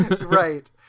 right